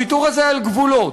הוויתור הזה על גבולות,